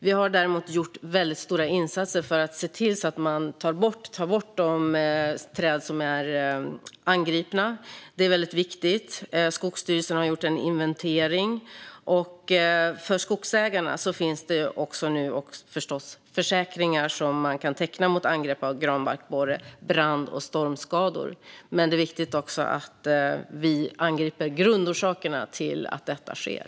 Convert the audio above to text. Vi har dock gjort stora insatser för att se till att man tar bort de träd som är angripna. Det är viktigt. Skogsstyrelsen har gjort en inventering. För skogsägarna finns det förstås försäkringar som de kan teckna mot angrepp av granbarkborre, brand och stormskador. Men det är viktigt att vi också angriper grundorsakerna till att detta sker.